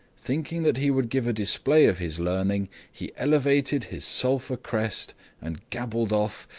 thinking that he would give a display of his learning, he elevated his sulphur crest and gabbled off,